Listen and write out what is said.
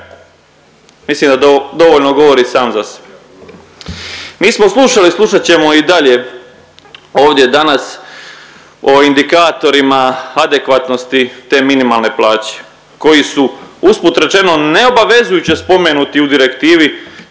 mislim da dovoljno govori sam za sebe. Mi smo slušali i slušat ćemo i dalje ovdje danas o indikatorima adekvatnosti te minimalne plaće koji su usput rečeno, neobavezujuće spomenuti u direktivi